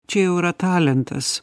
čia jau yra talentas